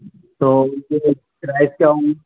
تو اس کے پرائز کیا ہوں گے